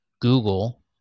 Google